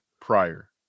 prior